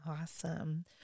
awesome